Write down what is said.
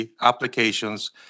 applications